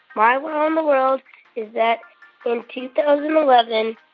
my wow in the world is that in two thousand and eleven,